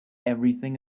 everything